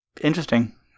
Interesting